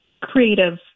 creative